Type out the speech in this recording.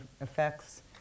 effects